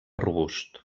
robust